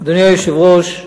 אדוני היושב-ראש,